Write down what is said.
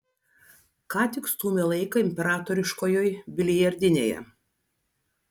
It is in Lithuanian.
ką tik stūmė laiką imperatoriškojoj biliardinėje